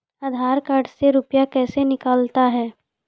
आधार कार्ड से रुपये कैसे निकलता हैं?